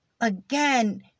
Again